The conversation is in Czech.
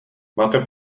máte